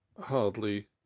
hardly